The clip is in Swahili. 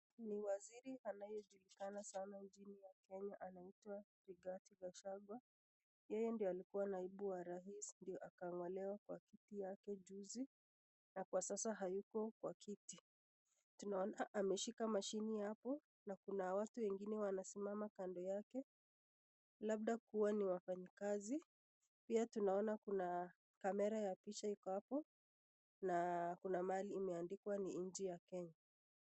Ni waziri anayejulikana sana nchini ya Kenya anaitwa Rigathi Gachagua ,yeye ndiye alikuwa naibu wa rais ndio akang'olewa kwa kiti yake juzi na kwa sasa hayuko kwa kiti , tunaona ameshika mashini hapo na kuna watu wengine wanasimama kando yake labda kuwa ni wafanyikazi pia tunaona kuna (cs) camera (cs) ya picha iko hapo na kuna mahali imeandikwa ni nchi ya Kenya.